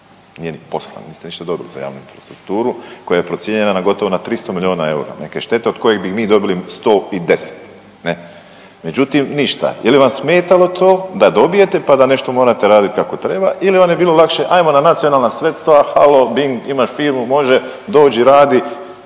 Nije ni poslan, .../Govornik se ne razumije./... javnu infrastrukturu koja je procijenjena na gotovo na 300 milijuna eura neke štete od kojih bi mi dobili 110, ne? Međutim, ništa. Je li vam smetalo to da dobijete pa da nešto morate raditi kako treba ili vam je bilo lakše, ajmo na nacionalna sredstva, halo, .../Govornik